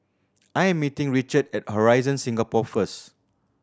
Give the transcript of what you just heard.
I am meeting Richard at Horizon Singapore first